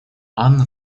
анна